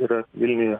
yra vilniuje